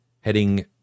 heading